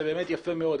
זה באמת יפה מאוד.